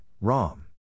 Rom